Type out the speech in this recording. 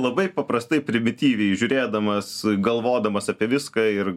labai paprastai primityviai žiūrėdamas galvodamas apie viską ir